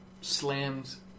slams